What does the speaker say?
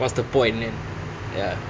what's the point kan ya